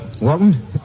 Walton